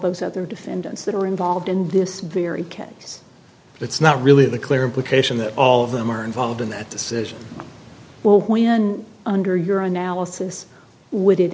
those other defendants that are involved in this very kids that's not really the clear implication that all of them are involved in that decision well when under your analysis would